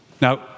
Now